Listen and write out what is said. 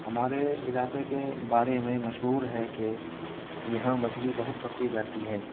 ہمارے علاقے کے بارے میں مشہور ہے کہ یہاں مچھلی بہت پکڑی جاتی ہے